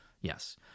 yes